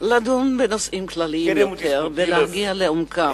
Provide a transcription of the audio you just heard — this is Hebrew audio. לדון בנושאים כלליים יותר ולהגיע לעומקם.